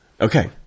Okay